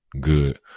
Good